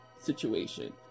situation